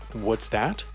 what's that?